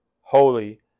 holy